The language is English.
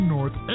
North